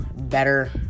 better